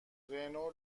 رنو